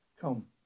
Come